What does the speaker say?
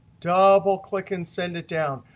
double-click, and send it down.